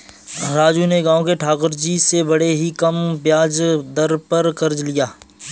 राजू ने गांव के ठाकुर जी से बड़े ही कम ब्याज दर पर कर्ज लिया